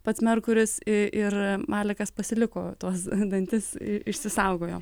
pats merkuris ir marekas pasiliko tuos dantis išsisaugojo